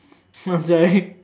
so sorry